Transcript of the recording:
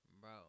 Bro